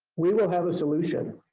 we will have a solution.